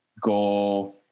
go